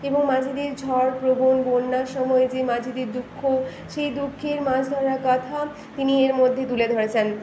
এবং মাঝিদের ঝড় প্রবল বন্যার সময় যে মাঝিদের দুঃখ সেই দুঃখে মাছ ধরার কথা তিনি এর মধ্যে তুলে ধরেছেন